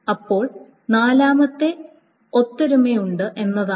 അപ്പോൾ നാലാമത്തേത് ഒത്തൊരുമയുണ്ട് എന്നതാണ്